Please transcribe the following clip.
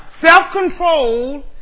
self-control